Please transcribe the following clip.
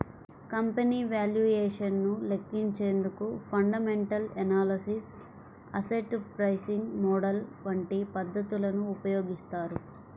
company valuation ను లెక్కించేందుకు fundamental analysis, asset pricing model వంటి పద్ధతులను ఉపయోగిస్తారు